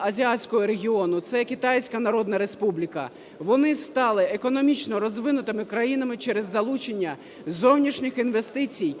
Азіатського регіону, це Китайська Народна Республіка, вони стали економічно розвинутими країнами через залучення зовнішніх інвестицій,